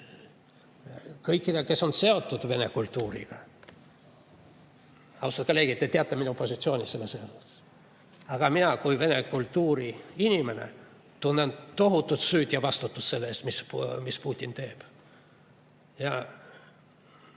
kõikidele, kes on seotud vene kultuuriga. Austatud kolleegid! Te teate minu positsiooni selles küsimuses. Aga mina kui vene kultuuri inimene tunnen tohutut süüd ja vastutust selle eest, mis Putin teeb. Ja